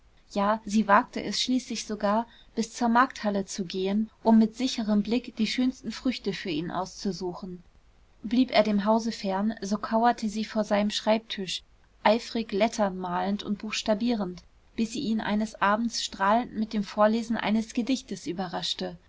ja sie wagte es schließlich sogar bis zur markthalle zu gehen um mit sicherem blick die schönsten früchte für ihn auszusuchen blieb er dem hause fern so kauerte sie vor seinem schreibtisch eifrig lettern malend und buchstabierend bis sie ihn eines abends strahlend mit dem vorlesen eines gedichtes überraschte